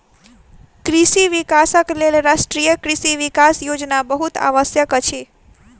कृषि विकासक लेल राष्ट्रीय कृषि विकास योजना बहुत आवश्यक अछि